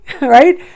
right